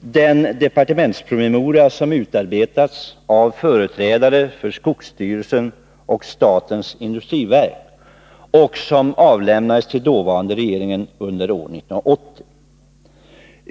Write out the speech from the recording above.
den departementspromemoria som utarbetats av företrädare för skogsstyrelsen och statens industriverk och som avlämnades till den dåvarande regeringen år 1980.